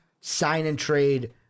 sign-and-trade